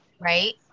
right